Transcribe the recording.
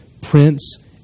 prince